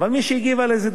אבל מי שהגיבה על זה,